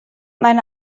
meine